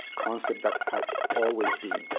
concept that has always been.